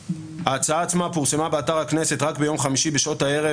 ההצעה עצמה פורסמה באתר הכנסת רק ביום חמישי בשעות הערב